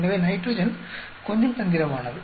எனவே நைட்ரஜன் கொஞ்சம் தந்திரமானது